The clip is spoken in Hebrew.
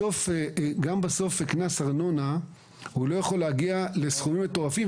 בסוף גם קנס ארנונה לא יכול להגיע לסכומים מטורפים,